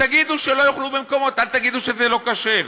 תגידו שלא יאכלו במקומות, אל תגידו שזה לא כשר,